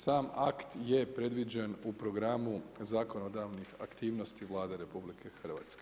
Sam akt je predviđen u programu zakonodavnih aktivnosti Vlade RH.